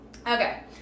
okay